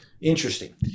interesting